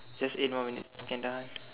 just eight more minutes can tahan